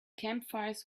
campfires